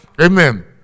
Amen